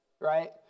right